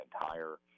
entire